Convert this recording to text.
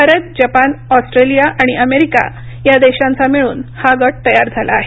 Bharat Japan Australia आणि America या देशांचा मिळून हा गट तयार झाला आहे